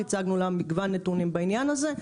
הצגנו לה כל מיני נתונים בעניין הזה.